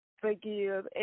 forgive